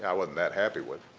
i wasn't that happy with,